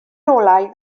olau